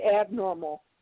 abnormal